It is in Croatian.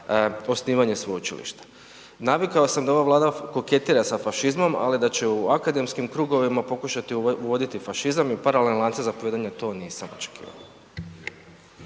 osnivanje sveučilišta. Navikao sam ova Vlada koketira sa fašizmom ali da će u akademskim krugovima pokušati uvoditi fašizam i paralelne lance zapovijedanja, to nisam očekivao.